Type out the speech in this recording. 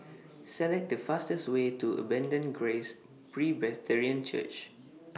Select The fastest Way to Abundant Grace Presbyterian Church